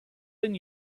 been